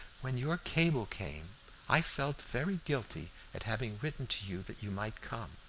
when your cable came i felt very guilty at having written to you that you might come?